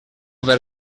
per